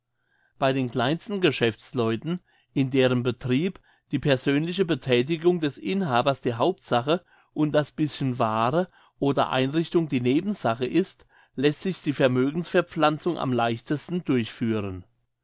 bei den kleinsten geschäftsleuten in deren betrieb die persönliche bethätigung des inhabers die hauptsache und das bischen waare oder einrichtung die nebensache ist lässt sich die vermögensverpflanzung am leichtesten durchführen